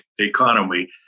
economy